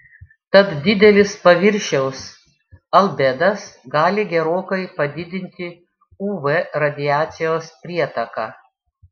tad didelis paviršiaus albedas gali gerokai padidinti uv radiacijos prietaką